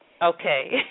Okay